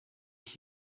ich